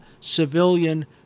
civilian